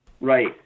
Right